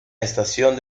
estación